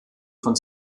von